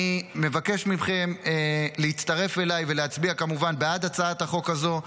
אני מבקש מכם להצטרף אליי ולהצביע כמובן בעד הצעת החוק הזאת.